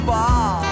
Ball